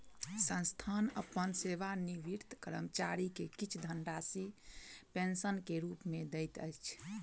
संस्थान अपन सेवानिवृत कर्मचारी के किछ धनराशि पेंशन के रूप में दैत अछि